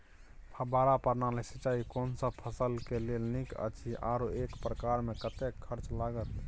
फब्बारा प्रणाली सिंचाई कोनसब फसल के लेल नीक अछि आरो एक एकर मे कतेक खर्च लागत?